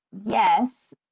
yes